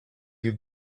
you